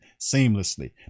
seamlessly